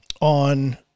on